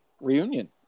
reunion